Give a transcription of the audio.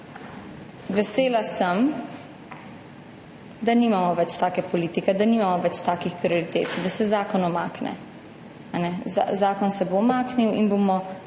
Vesela sem, da nimamo več take politike, da nimamo več takih prioritet, da se zakon umakne, zakon se bo umaknil in bomo